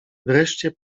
wreszcie